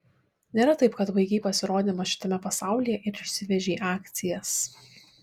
nėra taip kad baigei pasirodymą šitame pasaulyje ir išsivežei akcijas